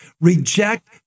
reject